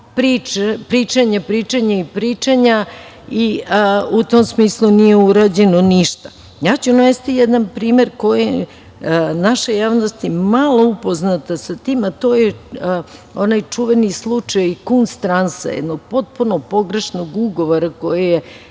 pričanje, pričanje i pričanja i u tom smislu nije urađeno ništa. Ja ću navesti jedan primer sa kojim je naša javnost malo upoznata, a to je onaj čuveni slučaj „Kunsttransa“, jednog potpuno pogrešnog ugovora koji je